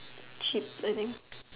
cheap living